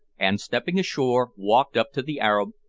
and, stepping ashore, walked up to the arab,